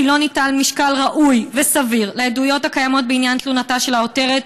לא ניתן משקל ראוי וסביר לעדויות הקיימות בעניין תלונתה של העותרת,